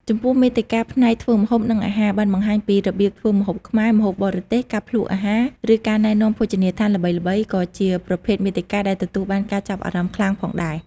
ចំពោះមាតិកាផ្នែកធ្វើម្ហូប និងអាហារ បានបង្ហាញពីរបៀបធ្វើម្ហូបខ្មែរ ម្ហូបបរទេស ការភ្លក្សអាហារ ឬការណែនាំភោជនីយដ្ឋានល្បីៗក៏ជាប្រភេទមាតិកាដែលទទួលបានការចាប់អារម្មណ៍ខ្លាំងផងដែរ។